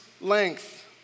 length